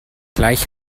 gleich